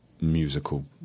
Musical